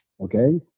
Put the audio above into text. Okay